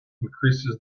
increases